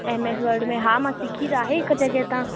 MS Word में हा मां सिखी त आहे हिकु जॻह तां